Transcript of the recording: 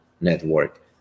network